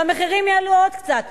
והמחירים יעלו עוד קצת.